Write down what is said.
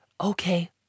Okay